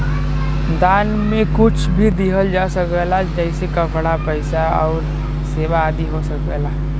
दान में कुछ भी दिहल जा सकला जइसे कपड़ा, पइसा आउर सेवा आदि हो सकला